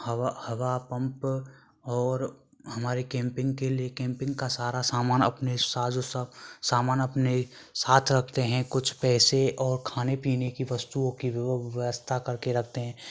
हवा हवा पंप और हमारे कैंपिंग के लिए कैंपिंग का सारा सामान अपने साथ जो सामान अपने साथ रखते हैं कुछ पैसे और खाने पीने की वस्तुओं की व्यवस्था करके रखते हैं